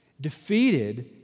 defeated